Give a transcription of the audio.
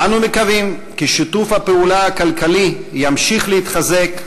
אנו מקווים כי שיתוף הפעולה הכלכלי ימשיך להתחזק,